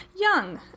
young